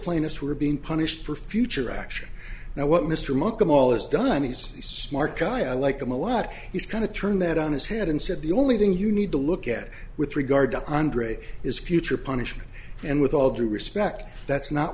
plaintiffs were being punished for future action now what mr muck of all is done he's a smart guy i like him a lot he's going to turn that on his head and said the only thing you need to look at with regard to andre is future punishment and with all due respect that's not